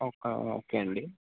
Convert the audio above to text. ఒక ఓకే అండి